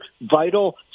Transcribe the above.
vital